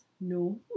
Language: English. No